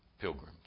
pilgrims